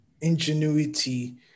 ingenuity